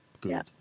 good